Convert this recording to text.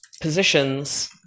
positions